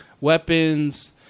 weapons